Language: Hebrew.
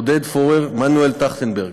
עודד פורר ועמנואל טרכטנברג.